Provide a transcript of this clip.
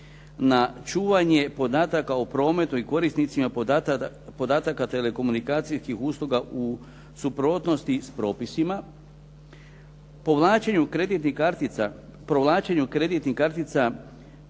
na čuvanje podataka o prometu i korisnicima podataka telekomunikacijskih usluga u suprotnosti s propisima provlačenju kreditnih kartica